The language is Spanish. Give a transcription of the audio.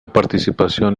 participación